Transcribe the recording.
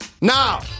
Now